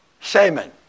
Simon